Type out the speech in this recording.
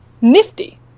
Nifty